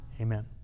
amen